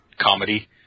comedy